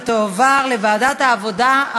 והיא תועבר לוועדת העבודה,